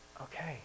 okay